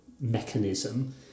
mechanism